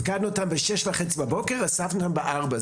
הפקדנו אותם בשש וחצי בבוקר ואספנו אותן בארבע.